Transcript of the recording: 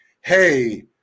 hey